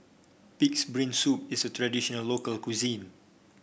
pig's brain soup is a traditional local cuisine